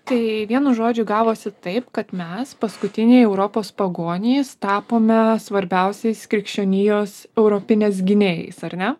tai vienu žodžiu gavosi taip kad mes paskutiniai europos pagonys tapome svarbiausiais krikščionijos europinės gynėjais ar ne